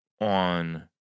on